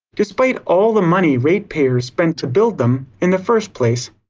despite all the money ratepayers spent to build them in the first place.